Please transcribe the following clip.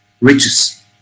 riches